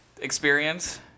experience